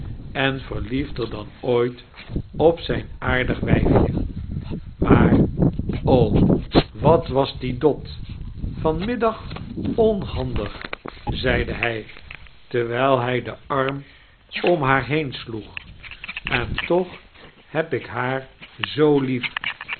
en verliefder dan ooit op zijn aaxdig wijf je maar o wat was die dot van middag onhandig zeide hij terwijl hij den arm om haar heenislloeg en toch heb ik haar zoo lief